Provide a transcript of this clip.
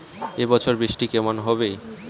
এবছর বৃষ্টি কেমন হবে?